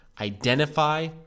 identify